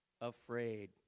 afraid